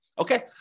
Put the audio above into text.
Okay